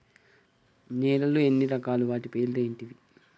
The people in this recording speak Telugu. నేలలు ఎన్ని రకాలు? వాటి పేర్లు ఏంటివి?